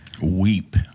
Weep